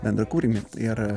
bendrą kūrinį ir